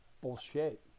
Bullshit